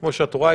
כמו שאת רואה,